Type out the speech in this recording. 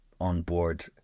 onboard